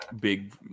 big